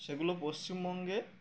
সেগুলো পশ্চিমবঙ্গে